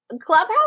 Clubhouse